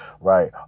right